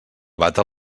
bata